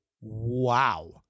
wow